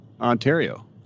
Ontario